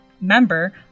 member